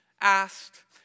asked